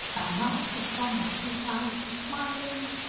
and master thomas replied, smiling,